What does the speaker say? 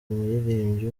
umuririmbyi